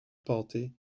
party